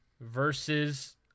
Versus